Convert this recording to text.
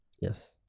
Yes